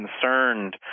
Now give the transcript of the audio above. concerned